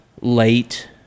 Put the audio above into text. late